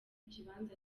kibanza